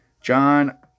John